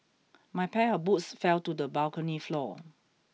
my pair of boots fell to the balcony floor